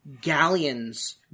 galleons